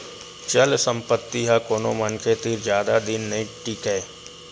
चल संपत्ति ह कोनो मनखे तीर जादा दिन तक नइ टीकय